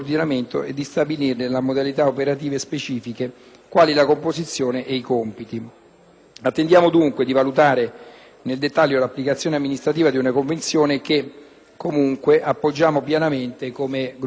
Attendiamo dunque di valutare nel dettaglio l'applicazione amministrativa di una Convenzione che comunque appoggiamo pienamente come Gruppo dell'Italia dei Valori. Ricordiamo poi, come è stato illustrato,